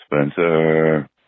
Spencer